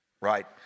right